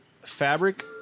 fabric